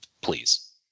please